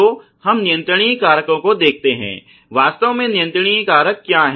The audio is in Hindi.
तो हम नियंत्रणीय कारकों को देखते हैं वास्तव में नियंत्रणीय कारक क्या हैं